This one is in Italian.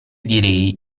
direi